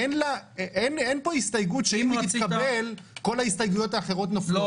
אין פה הסתייגות שאם היא תתקבל כל ההסתייגויות האחרות נופלות,